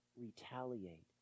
retaliate